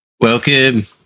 Welcome